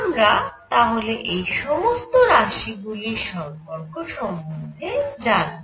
আমরা তাহলে এই সমস্ত রাশিগুলির সম্পর্ক সম্বন্ধে জানব